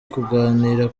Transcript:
kuganira